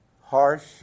harsh